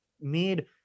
made